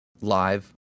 live